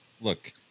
look